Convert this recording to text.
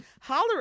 holler